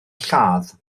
lladd